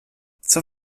zur